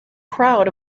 crowd